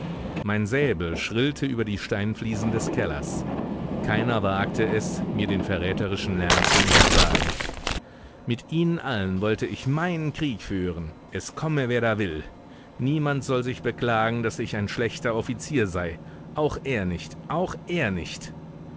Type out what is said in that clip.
mein säbel schrillte über die steinfliesen des kellers keiner wagte es mir den verräterischen lärm zu untersagen mit ihnen allen wollte ich meinen krieg führen es komme wer da will niemand soll sich beklagen daß ich ein schlechter offizier sei auch er nicht auch er nicht